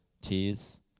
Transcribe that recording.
tears